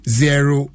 zero